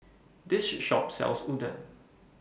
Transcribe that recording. This Shop sells Udon